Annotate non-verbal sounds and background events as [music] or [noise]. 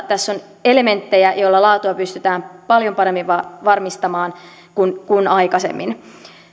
[unintelligible] tässä on elementtejä joilla laatua pystytään paljon paremmin varmistamaan kuin aikaisemmin